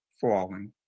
falling